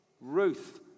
Ruth